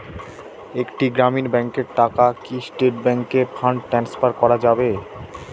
একটি গ্রামীণ ব্যাংকের টাকা কি স্টেট ব্যাংকে ফান্ড ট্রান্সফার করা যাবে?